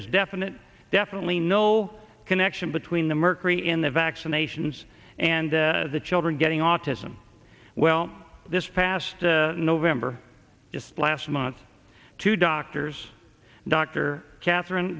was definite definitely no connection between the mercury in the vaccinations and the children getting autism well this past november just last month two doctors dr catherine